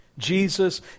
Jesus